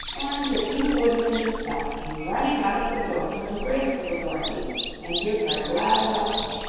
and the tin woodman himself came running out of the door to embrace little dorothy and give her a glad welcome.